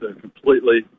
completely